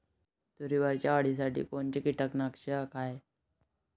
तुरीवरच्या अळीसाठी कोनतं कीटकनाशक हाये?